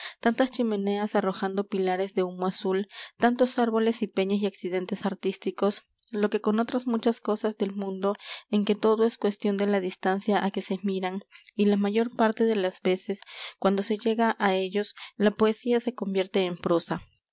tantas chimeneas arrojando pilares de humo azul tantos árboles y peñas y accidentes artísticos lo que con otras muchas cosas del mundo en que todo es cuestión de la distancia á que se miran y la mayor parte de las veces cuando se llega á ellos la poesía se convierte en prosa